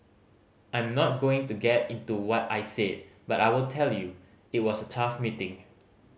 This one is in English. I'm not going to get into what I said but I will tell you it was a tough meeting